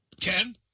Ken